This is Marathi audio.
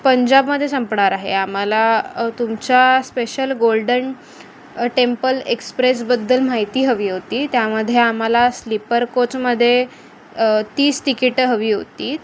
पंजाबमध्ये संपणार आहे आम्हाला तुमच्या स्पेशल गोल्डन टेंपल एक्सप्रेसबद्दल माहिती हवी होती त्यामध्ये आम्हाला स्लिपर कोचमध्ये तीस तिकीटं हवी होती